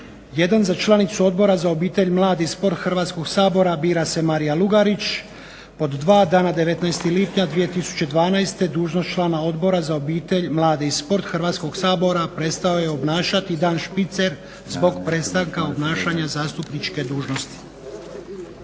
Jedan, za članicu Odbora za obitelj, mlade i sport Hrvatskog sabora bira se Marija Lugarić. Pod dva, dana 19. lipnja 2012. dužnost člana Odbora za obitelj, mlade i sport Hrvatskog sabora prestao je obnašati Dan Špicer zbog prestanka obnašanja zastupničke dužnosti.